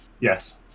Yes